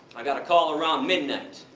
i got a call around midnight,